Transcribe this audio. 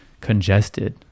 congested